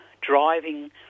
driving